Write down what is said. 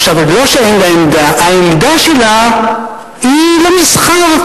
עכשיו, לא שאין לה עמדה, העמדה שלה היא למסחר.